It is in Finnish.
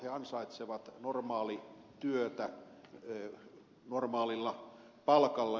he ansaitsevat normaalityötä normaalilla palkalla